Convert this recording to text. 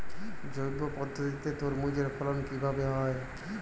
জৈব পদ্ধতিতে তরমুজের ফলন কিভাবে হয়?